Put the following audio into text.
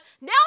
Now